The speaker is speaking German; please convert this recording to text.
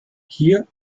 hier